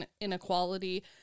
inequality